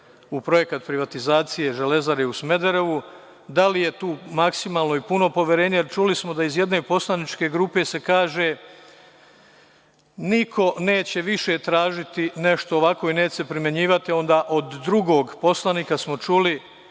u projekat privatizacije Železare u Smederevu da li je tu maksimalno i puno poverenje, jer smo čuli da iz jedne poslaničke grupe se kaže – niko neće više tražiti nešto ovako i neće se primenjivati. Onda od drugog poslanika smo čuli